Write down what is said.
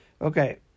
Okay